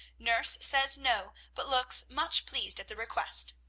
nurse says, no, but looks much pleased at the request.